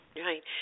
Right